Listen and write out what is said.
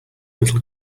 little